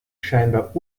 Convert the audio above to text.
scheinbar